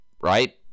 Right